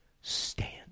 Stand